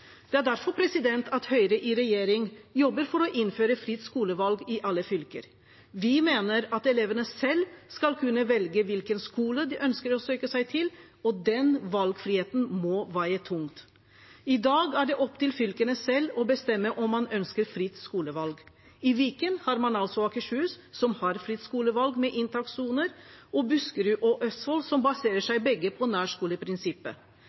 Det er derfor Høyre i regjering jobber for å innføre fritt skolevalg i alle fylker. Vi mener at elevene selv skal kunne velge hvilken skole de ønsker å søke seg til, og den valgfriheten må veie tungt. I dag er det opp til fylkene selv å bestemme om man ønsker fritt skolevalg. I Viken har man altså Akershus, som har fritt skolevalg med inntakssoner, og Buskerud og Østfold, som begge baserer seg på nærskoleprinsippet.